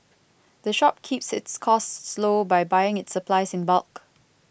the shop keeps its costs low by buying its supplies in bulk